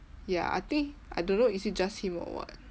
ya I think I don't know is it just him or what